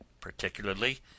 particularly